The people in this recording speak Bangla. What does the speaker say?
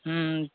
হুম